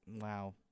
wow